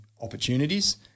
opportunities